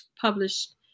published